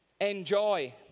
enjoy